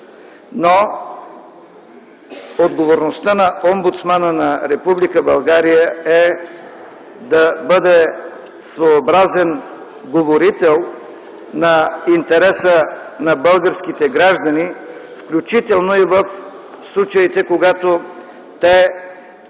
но отговорността на омбудсмана на Република България е да бъде своеобразен говорител на интереса на българските граждани, включително и в случаите когато те